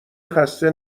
خسته